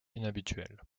inhabituel